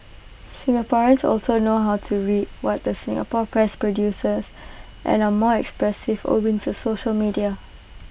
Singaporeans also know how to read what the Singapore press produces and are more expressive owing to social media